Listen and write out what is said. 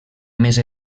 més